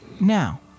Now